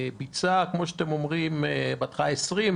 ביצע כמו שאתם אומרים בהתחלה 20,